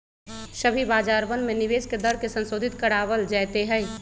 सभी बाजारवन में निवेश के दर के संशोधित करावल जयते हई